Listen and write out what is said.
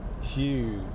huge